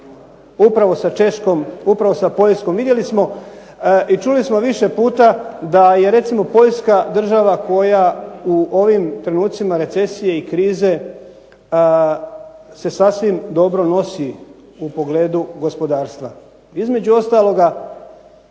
upravo sa Češkom, upravo sa Poljskom. Vidjeli smo i čuli smo više puta da je recimo Poljska država koja u ovim trenutcima recesije i krize se sasvim dobro nosi u pogledu gospodarstva. Između ostaloga